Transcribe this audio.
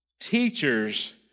teachers